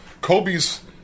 Kobe's